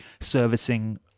servicing